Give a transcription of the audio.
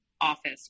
office